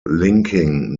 linking